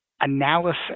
analysis